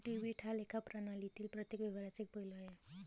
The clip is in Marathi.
डेबिट हा लेखा प्रणालीतील प्रत्येक व्यवहाराचा एक पैलू आहे